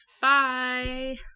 Bye